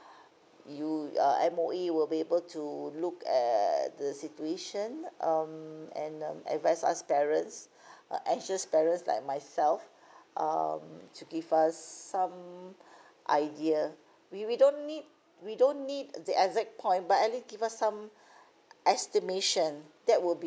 you uh M_O_E will be able to look at the situation um and um advice us parents uh anxious parents like myself um to give us some idea we we don't need we don't need the exact point but at least give us some estimation that will be